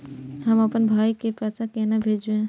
हम आपन भाई के पैसा केना भेजबे?